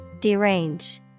Derange